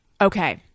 okay